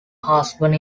husband